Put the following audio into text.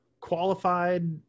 qualified